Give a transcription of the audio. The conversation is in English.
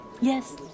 Yes